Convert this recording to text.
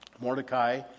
Mordecai